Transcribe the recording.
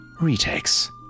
retakes